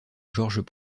georges